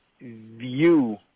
view